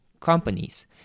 companies